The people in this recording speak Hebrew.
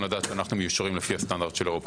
לדעת שאנחנו מיושרים לפי הסטנדרט של אירופה.